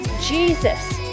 Jesus